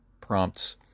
prompts